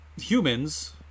humans